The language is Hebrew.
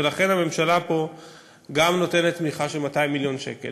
ולכן הממשלה פה גם נותנת תמיכה של 200 מיליון שקלים